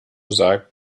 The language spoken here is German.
sagt